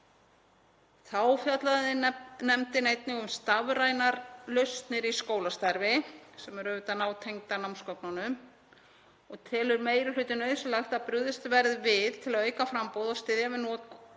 Þá fjallaði nefndin um stafrænar lausnir í skólastarfi, sem eru auðvitað nátengdar námsgögnunum, og telur meiri hlutinn nauðsynlegt að brugðist verði við til að auka framboð og styðja við